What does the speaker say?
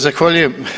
Zahvaljujem.